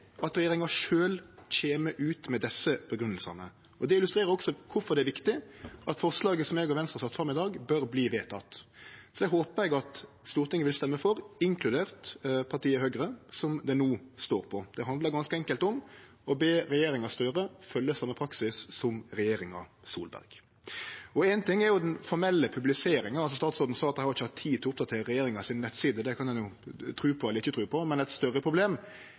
at regjeringa sjølv kjem ut med grunngjevingane. Det illustrerer også kvifor det er viktig at forslaget som Venstre og eg har sett fram i dag, bør verte vedteke. Så det håpar eg at Stortinget vil røyste for, inkludert partiet Høgre, som det no står på. Det handlar ganske enkelt om å be regjeringa Støre følgje same praksis som regjeringa Solberg. Éin ting er den formelle publiseringa. Statsråden sa at dei ikkje har hatt tid til å oppdatere nettsida til regjeringa . Det kan ein tru på eller ikkje tru på, men eit større problem